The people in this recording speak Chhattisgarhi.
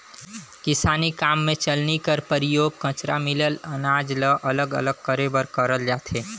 किसानी काम मे चलनी कर परियोग कचरा मिलल अनाज ल अलग अलग करे बर करल जाथे